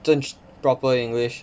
更 proper english